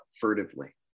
furtively